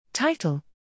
Title